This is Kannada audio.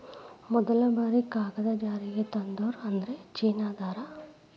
ಮದಲ ಬಾರಿ ಕಾಗದಾ ಜಾರಿಗೆ ತಂದೋರ ಅಂದ್ರ ಚೇನಾದಾರ